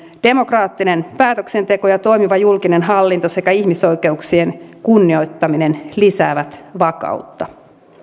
demokraattinen päätöksenteko ja toimiva julkinen hallinto sekä ihmisoikeuksien kunnioittaminen lisäävät vakautta